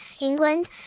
England